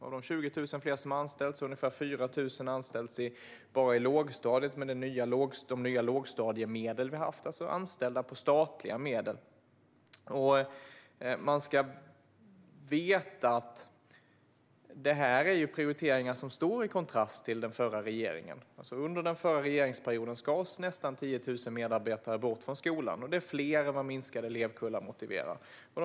Av de 20 000 fler som har anställts har ungefär 4 000 anställts bara i lågstadiet med de nya lågstadiemedlen. De är alltså anställda med statliga medel. Man ska veta att detta är prioriteringar som står i kontrast till den förra regeringens prioriteringar. Under den förra regeringsperioden skars nästan 10 000 medarbetare bort från skolan. Det är fler än vad minskade elevkullar motiverade.